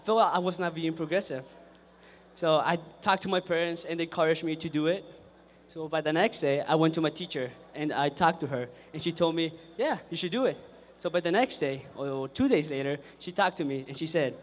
thought i was not being progressive so i talked to my purpose in the chorus for me to do it so by the next day i went to my teacher and i talked to her and she told me yeah you should do it so but the next day or two days later she talked to me and she said